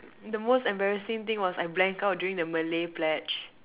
the most embarrassing thing was I blank out during the Malay pledge